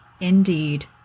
Indeed